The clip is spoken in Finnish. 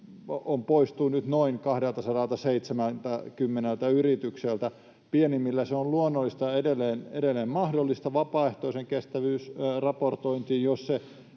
poistuu nyt noin 270 yritykseltä. Pienimmillä on luonnollisesti edelleen mahdollisuus vapaaehtoisen kestävyysraportointiin, jos se